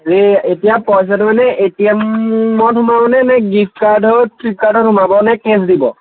এই এতিয়া পইচাটো মানে এ টি এমত সোমাবনে নে গিফ্ট কাৰ্ডত ফ্লিপকাৰ্টত সোমাব নে কেছ দিব